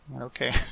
Okay